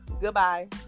Goodbye